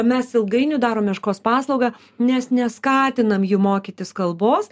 mes ilgainiui darom meškos paslaugą nes neskatinam jų mokytis kalbos